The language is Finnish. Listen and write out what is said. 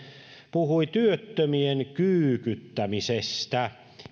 puhui työttömien kyykyttämisestä